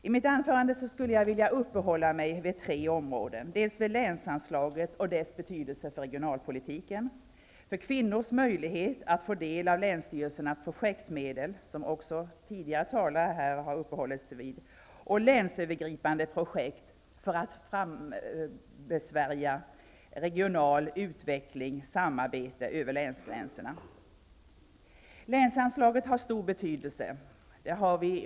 I mitt anförande vill jag uppehålla mig vid tre områden, dels länsanslaget och dess betydelse för regionalpolitiken, dels kvinnors möjligheter att få del av länsstyrelsernas projektmedel, som tidigare talare också har uppehållit sig vid, och dels länsövergripande projekt för att frambesvärja regional utveckling och samarbete över länsgränserna. Länsanslaget har stor betydelse.